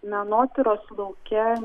menotyros lauke